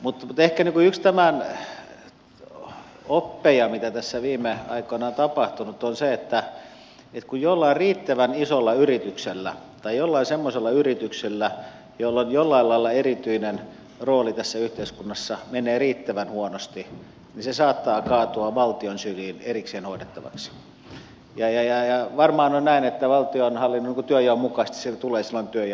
mutta ehkä yksi oppi tästä mitä tässä viime aikoina on tapahtunut on se että kun jollain riittävän isolla yrityksellä tai jollain semmoisella yrityksellä jolla on jollain lailla erityinen rooli tässä yhteiskunnassa menee riittävän huonosti niin se saattaa kaatua valtion syliin erikseen hoidettavaksi ja varmaan on näin että valtionhallinnon työnjaon mukaisesti se tulee silloin työ ja elinkeinoministeriölle